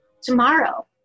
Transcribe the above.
tomorrow